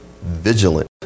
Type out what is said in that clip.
vigilant